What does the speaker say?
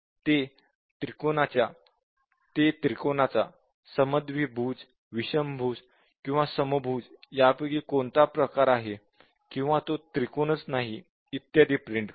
ते त्रिकोणाचा समद्विभुज विषमभुज आणि समभुज यापैकी कोणता प्रकार आहे किंवा तो त्रिकोणच नाही इत्यादी प्रिंट करते